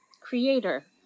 creator